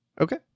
Okay